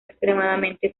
extremadamente